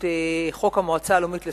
את חוק המועצה הלאומית לספורט.